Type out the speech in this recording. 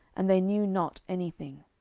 and they knew not any thing.